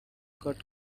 could